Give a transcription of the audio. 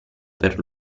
per